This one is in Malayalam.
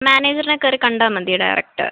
മാനേജറിനെ കയറി കണ്ടാല് മതിയോ ഡയറക്റ്റ്